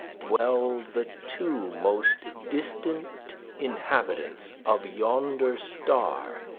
dwell the two most distant inhabitants of yonder star,